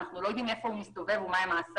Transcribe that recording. אנחנו לא יודעים איפה הוא מסתובב ומה מעשיו.